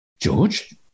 George